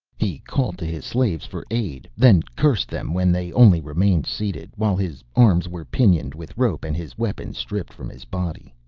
he called to his slaves for aid, then cursed them when they only remained seated, while his arms were pinioned with rope and his weapons stripped from his body.